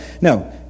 no